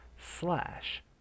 slash